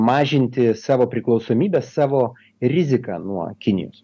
mažinti savo priklausomybę savo riziką nuo kinijos